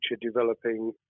developing